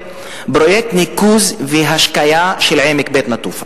פרויקט ניקוז והשקיה של עמק בית-נטופה,